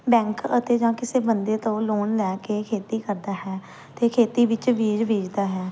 bank ਅਤੇ ਜਾਂ ਕਿਸੇ ਬੰਦੇ ਤੋਂ ਲੋਨ ਲੈ ਕੇ ਖੇਤੀ ਕਰਦਾ ਹੈ ਅਤੇ ਖੇਤੀ ਵਿੱਚ ਬੀਜ ਬੀਜਦਾ ਹੈ